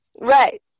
Right